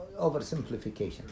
Oversimplification